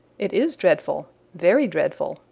it is dreadful, very dreadful,